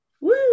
Woo